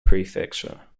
prefecture